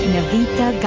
Navita